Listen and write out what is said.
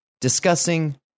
discussing